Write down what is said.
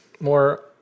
More